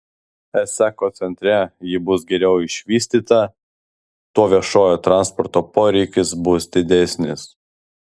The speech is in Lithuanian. esą kuo centre ji bus geriau išvystyta tuo viešojo transporto poreikis bus didesnis